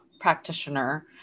practitioner